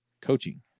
coaching